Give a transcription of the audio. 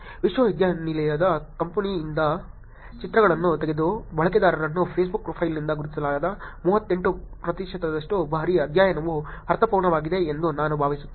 ವಿಶ್ವವಿದ್ಯಾನಿಲಯದ ಕ್ಯಾಂಪಸ್ನಿಂದ ಚಿತ್ರಗಳನ್ನು ತೆಗೆದ ಬಳಕೆದಾರರನ್ನು ಫೇಸ್ಬುಕ್ ಪ್ರೊಫೈಲ್ನಿಂದ ಗುರುತಿಸಲಾದ 38 ಪ್ರತಿಶತದಷ್ಟು ಬಾರಿ ಅಧ್ಯಯನವು ಅರ್ಥಪೂರ್ಣವಾಗಿದೆ ಎಂದು ನಾನು ಭಾವಿಸುತ್ತೇನೆ